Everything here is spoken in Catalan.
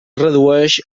redueix